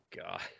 god